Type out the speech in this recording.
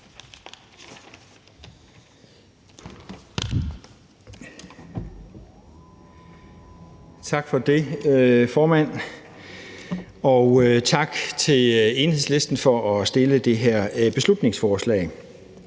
Tak for det, formand. Og tak til Enhedslisten for at fremsætte det her beslutningsforslag.